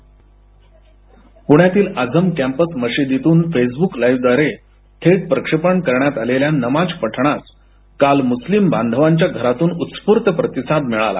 पृण्यातील आझम कॅम्पस मशिदीतून फेसवूक लाईव्हव्दारे थेट प्रक्षेपण करण्यात आलेल्या नमाज पठणास काल मृस्लिम बांधवांच्या घरातून उत्स्फूर्त प्रतिसाद मिळाला